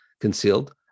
concealed